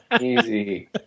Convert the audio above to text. easy